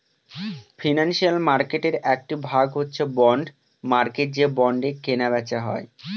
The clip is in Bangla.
ফিনান্সিয়াল মার্কেটের একটি ভাগ হচ্ছে বন্ড মার্কেট যে বন্ডে কেনা বেচা হয়